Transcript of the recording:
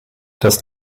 das